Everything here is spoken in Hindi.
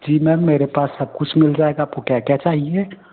जी मैम मेरे पास सबकुछ मिल जाएगा आपको क्या क्या चाहिए